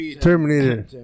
Terminator